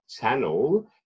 channel